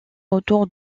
autour